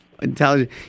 intelligent